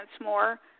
more